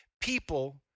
people